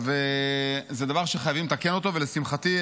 זה דבר שחייבים לתקן אותו, ולשמחתי,